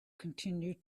continue